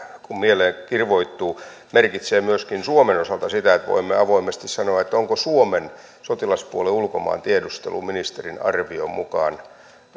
kun mieleen kirvoittuu merkitsee myöskin suomen osalta sitä että voimme avoimesti sanoa että onko suomen sotilaspuolen ulkomaantiedustelu ministerin arvion mukaan